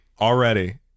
already